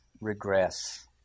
regress